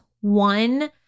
one